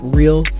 real